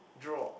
draw